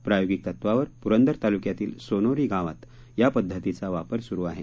प्रायोगिक तत्वावर पुरंदर तालुक्यातील सोनोरी गावात या पद्धतीचा वापर सुरु आहे